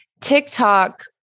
TikTok